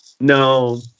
No